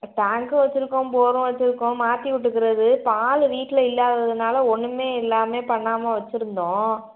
டேங்க்கும் வச்சுருக்கோம் போரும் வச்சுருக்கோம் மாற்றிவுட்டுக்குறது இப்போ ஆளு வீட்டில் இல்லாததுனால் ஒன்றுமே இல்லாமே பண்ணாமல் வச்சுருந்தோம்